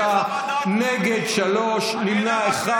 בעד, 43, נגד, שלושה, נמנע אחד.